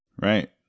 Right